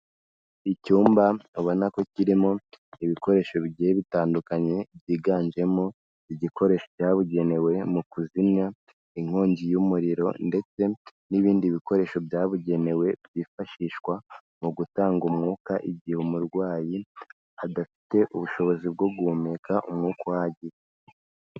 Icyumba abona ko kirimo ibikoresho bigiye bitandukanye, byiganjemo igikoresho cyabugenewe mu kuzimya inkongi y'umuriro ndetse n'ibindi bikoresho byabugenewe byifashishwa, mu gutanga umwuka igihe umurwayi, dafite ubushobozi bwo guhumeka umwuka uhagije.